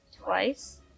twice